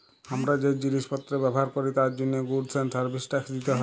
হামরা যে জিলিস পত্র ব্যবহার ক্যরি তার জন্হে গুডস এন্ড সার্ভিস ট্যাক্স দিতে হ্যয়